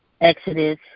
Exodus